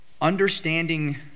Understanding